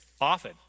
often